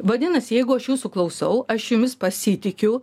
vadinasi jeigu aš jūsų klausau aš jumis pasitikiu